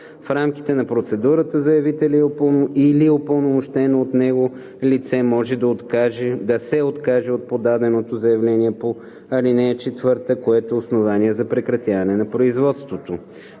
В рамките на процедурата заявителят или упълномощено от него лице може да се откаже от подаденото заявление по ал. 4, което е основание за прекратяване на производството.